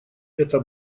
это